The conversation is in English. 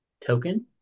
Token